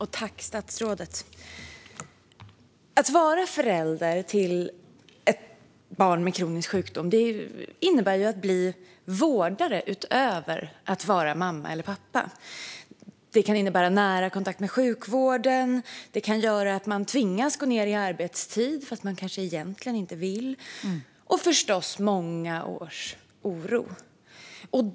Herr talman! Att vara förälder till ett barn med kronisk sjukdom innebär att bli vårdare utöver att vara mamma eller pappa. Det kan innebära nära kontakt med sjukvården. Det kan göra att man tvingas gå ned i arbetstid, fast man kanske egentligen inte vill. Det innebär också förstås många års oro.